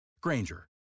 Granger